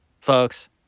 folks